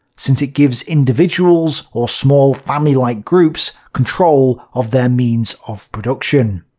since it gives individuals or small family-like groups control of their means of production.